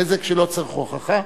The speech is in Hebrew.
נזק שלא צריך הוכחה,